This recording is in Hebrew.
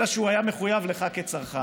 אלא שהוא היה מחויב לך כצרכן.